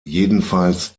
jedenfalls